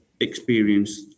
experience